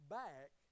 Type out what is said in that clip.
back